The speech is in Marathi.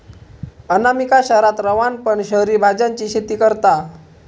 अनामिका शहरात रवान पण शहरी भाज्यांची शेती करता